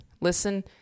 listen